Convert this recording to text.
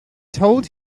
told